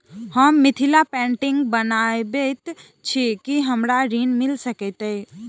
हम मिथिला पेंटिग बनाबैत छी की हमरा ऋण मिल सकैत अई?